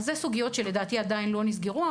אז אלה הן סוגיות שלדעתי עדיין לא נסגרו,